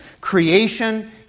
Creation